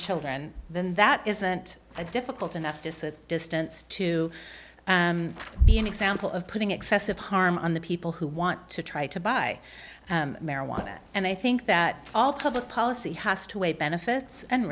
children then that isn't a difficult enough to set distance to be an example of putting excessive harm on the people who want to try to buy marijuana and i think that all public policy has to weigh benefits and